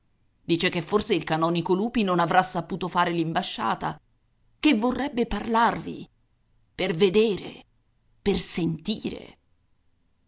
dice che forse il canonico lupi non avrà saputo fare l'imbasciata che vorrebbe parlarvi per vedere per sentire